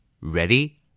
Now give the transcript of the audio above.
Ready